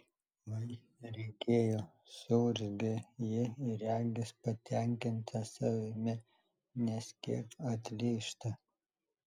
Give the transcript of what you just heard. oi reikėjo suurzgia ji regis patenkinta savimi nes kiek atlyžta